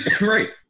Right